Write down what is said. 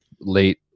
late